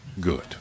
good